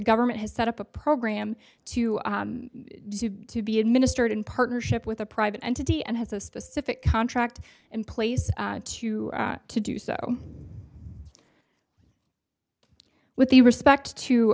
government has set up a program to to be administered in partnership with a private entity and has a specific contract in place to do so with the respect to